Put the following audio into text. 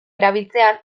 erabiltzean